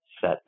set